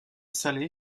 salé